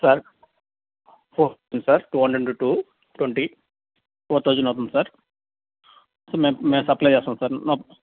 sir sir two hundred into two twenty four thousand అవుతుంది sir so మేము మేము supply చేస్తాము సార్